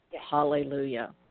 Hallelujah